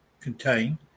contain